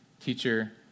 Teacher